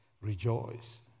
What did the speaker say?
rejoice